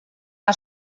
que